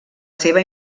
seva